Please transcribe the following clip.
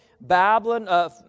Babylon